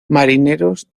marineros